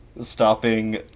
stopping